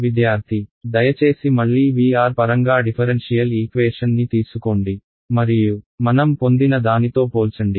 విద్యార్థి దయచేసి మళ్ళీ VR పరంగా డిఫరెన్షియల్ ఈక్వేషన్ ని తీసుకోండి మరియు మనం పొందిన దానితో పోల్చండి